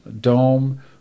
dome